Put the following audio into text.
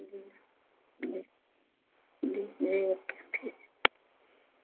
جی جی جی جی اوکے ٹھیک ہے